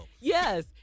Yes